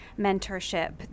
mentorship